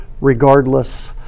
regardless